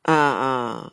ah ah